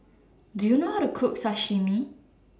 Do YOU know How to Cook Sashimi